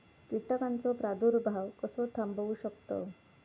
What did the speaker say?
कीटकांचो प्रादुर्भाव कसो थांबवू शकतव?